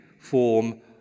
form